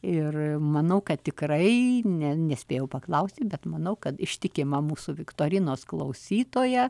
ir manau kad tikrai ne nespėjau paklausti bet manau kad ištikima mūsų viktorinos klausytoja